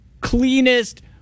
cleanest